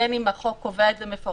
בין אם החוק קובע את זה מפורשות.